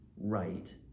right